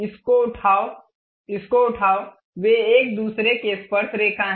इसको उठाओ इसको उठाओ वे एक दूसरे के स्पर्शरेखा हैं